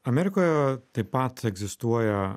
amerikoje taip pat egzistuoja